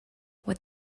what